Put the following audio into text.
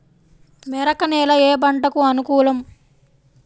మెరక నేల ఏ పంటకు అనుకూలం?